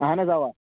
اہَن حظ اَوا